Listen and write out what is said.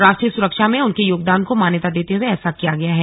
राष्ट्रीय सुरक्षा में उनके योगदान को मान्यता देते हुए ऐसा किया गया है